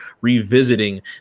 revisiting